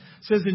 says